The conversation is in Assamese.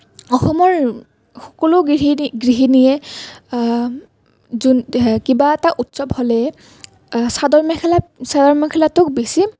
অসমৰ সকলো গৃহিণীয়ে যোন কিবা এটা উৎসৱ হ'লেই চাদৰ মেখেলা চাদৰ মেখেলাটোক বেছি